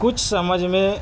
کچھ سمجھ میں